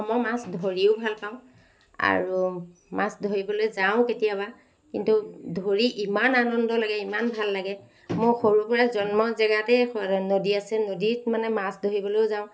মই মাছ ধৰিও ভাল পাওঁ আৰু মাছ ধৰিবলৈ যাওঁ কেতিয়াবা কিন্তু ধৰি ইমান আনন্দ লাগে ইমান ভাল লাগে মোৰ সৰুৰ পৰা জন্ম জেগাতে নদী আছে নদীত মানে মাছ ধৰিবলৈও যাওঁ